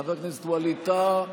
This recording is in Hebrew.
חבר הכנסת ווליד טאהא,